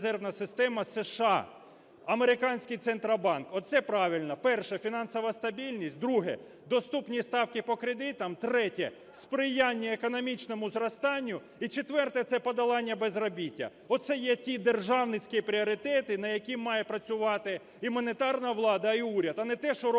Американський центробанк, оце правильно. Перше – фінансова стабільність, друге – доступні ставки по кредитах, третє – сприяння економічному зростанню і четверте – це подолання безробіття. Оце є ті державницькі пріоритети, на які має працювати і монетарна влада, і уряд. А не те, що робиться